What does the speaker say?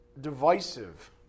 divisive